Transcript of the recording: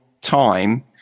time